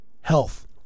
health